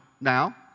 now